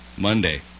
Monday